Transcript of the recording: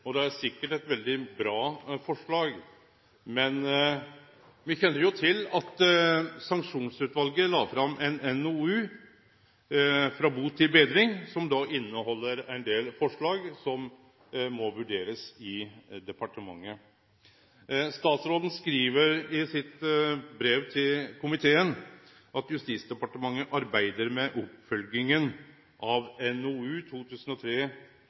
og det er sikkert eit veldig bra forslag. Men me kjenner jo til at Sanksjonsutvalet la fram ein NOU, Fra bot til bedring, som inneheld ein del forslag som må vurderast i departementet. Statsråden skriv i sitt brev til komiteen: «Justisdepartementet arbeider med oppfølgingen av NOU